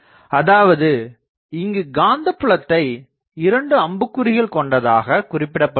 அதாவது இங்குக் காந்தபுலத்தை 2 அம்புக்குறிகள் கொண்டதாகக் குறிப்பிடப்படுகிறது